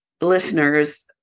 listeners